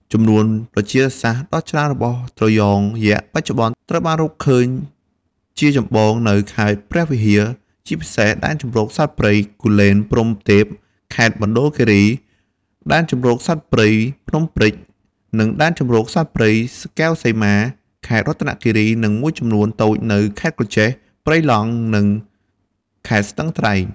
ចំនួនប្រជាសាស្ត្រដ៏ច្រើនរបស់ត្រយងយក្សបច្ចុប្បន្នត្រូវបានរកឃើញជាចម្បងនៅ ខេត្តព្រះវិហារ ជាពិសេសដែនជម្រកសត្វព្រៃ គូលែនព្រហ្មទេព ខេត្តមណ្ឌលគិរី ដែនជម្រកសត្វព្រៃ ភ្នំព្រេច និងដែនជម្រកសត្វព្រៃ កែវសីមា ខេត្តរតនគិរី និងមួយចំនួនតូចនៅ ខេត្តក្រចេះ ព្រៃឡង់ និង ខេត្តស្ទឹងត្រែង។